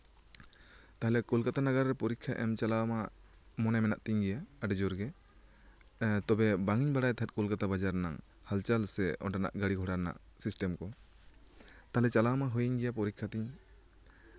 ᱛᱟᱦᱚᱞᱮ ᱠᱳᱞᱠᱟᱛᱟ ᱱᱟᱜᱟᱨ ᱨᱮ ᱯᱚᱨᱤᱠᱠᱷᱟ ᱮᱢ ᱪᱟᱞᱟᱣ ᱢᱟ ᱢᱚᱱᱮ ᱢᱮᱱᱟᱜ ᱛᱤᱧ ᱜᱮ ᱟᱹᱰᱤ ᱡᱳᱨ ᱜᱮ ᱛᱚᱵᱮ ᱵᱟᱹᱧ ᱵᱟᱲᱟᱭ ᱛᱟᱦᱮᱜ ᱠᱳᱞᱠᱟᱛᱟ ᱵᱟᱡᱟᱨ ᱨᱮᱱᱟᱜ ᱦᱟᱞᱪᱟᱞ ᱥᱮ ᱚᱱᱰᱮᱱᱟᱜ ᱜᱟᱰᱤ ᱜᱷᱳᱲᱟ ᱨᱮᱱᱟᱜ ᱥᱤᱥᱴᱮᱢ ᱠᱚ ᱛᱟᱦᱚᱞᱮ ᱪᱟᱞᱟᱣ ᱢᱟ ᱦᱩᱭᱮᱱᱜᱮ ᱯᱚᱨᱤᱠᱠᱷᱟ ᱛᱤᱧ